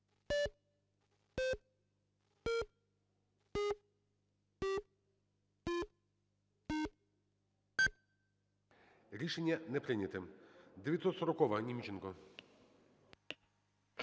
Рішення не прийнято. 940-а, Німченко.